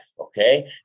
Okay